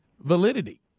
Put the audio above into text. validity